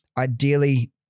Ideally